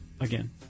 again